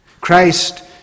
Christ